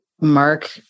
Mark